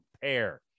pair